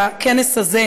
דיינים,